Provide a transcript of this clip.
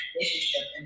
relationship